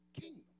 kingdom